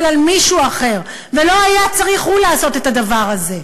על מישהו אחר ולא הוא היה צריך לעשות את הדבר הזה,